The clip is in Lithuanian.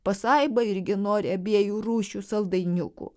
pasaiba irgi nori abiejų rūšių saldainiukų